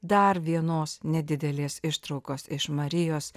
dar vienos nedidelės ištraukos iš marijos